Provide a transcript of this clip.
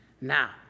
Now